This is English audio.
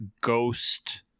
Ghost